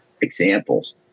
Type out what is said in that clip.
examples